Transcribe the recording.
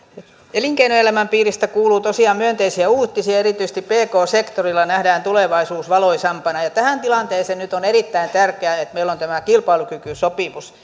elinkeinoelämän piiristä kuuluu tosiaan myönteisiä uutisia erityisesti pk sektorilla nähdään tulevaisuus valoisampana ja ja tässä tilanteessa nyt on erittäin tärkeää että meillä on tämä kilpailukykysopimus